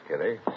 Kitty